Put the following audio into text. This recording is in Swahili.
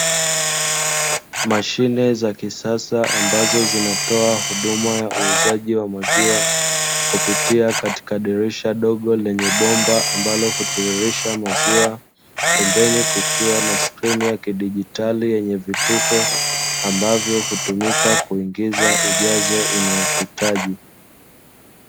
Mashine za kisasa ambazo zinatoa huduma ya uuzaji wa maziwa kupitia katika dirisha dogo lenye bomba ambalo hutiririsha maziwa pembeni kukiwa na screen ya kidijitali yenye vitufe ambavyo hutumika kuingiza ujazo unaohitaji